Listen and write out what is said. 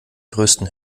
größten